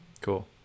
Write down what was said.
cool